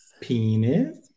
Penis